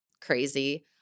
crazy